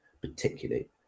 particularly